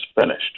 finished